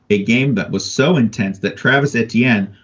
a game that was so intense that travis at the end,